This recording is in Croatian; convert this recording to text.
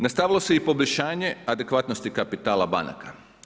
Nastavilo se i poboljšanje adekvatnosti kapitala banaka.